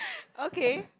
okay